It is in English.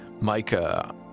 Micah